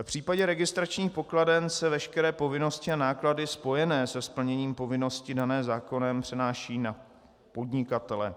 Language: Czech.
V případě registračních pokladen se veškeré povinnosti a náklady spojené se splněním povinnosti dané zákonem přenáší na podnikatele.